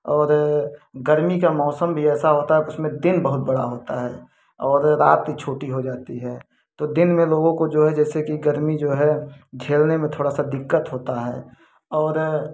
और गर्मी का मौसम भी ऐसा होता है उसमें दिन बहुत बड़ा होता है और रात ही छोटी हो जाती है तो दिन में लोगों को जो है जैसे कि गर्मी जो है झेलने में थोड़ा सा दिक्कत होता है और